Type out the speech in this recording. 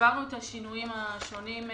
הסברנו את השינויים השונים,